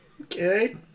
Okay